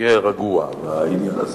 תהיה רגוע בעניין הזה.